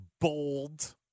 bold